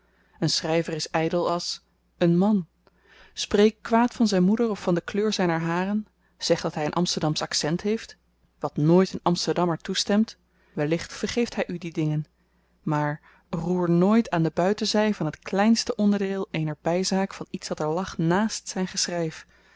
een schryver is ydel als een man spreek kwaad van zyn moeder of van de kleur zyner haren zeg dat hy een amsterdamsch accent heeft wat nooit een amsterdammer toestemt wellicht vergeeft hy u die dingen maar roer nooit aan de buitenzy van t kleinste onderdeel eener byzaak van iets dat er lag naast zyn